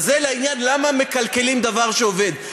זה לעניין למה מקלקלים דבר שעובד.